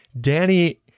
Danny